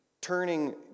turning